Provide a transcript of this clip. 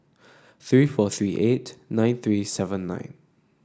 three four three eight nine three seven nine